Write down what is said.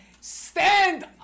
Stand